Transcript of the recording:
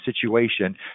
situation